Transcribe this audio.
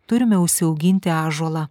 turime užsiauginti ąžuolą